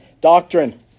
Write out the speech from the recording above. doctrine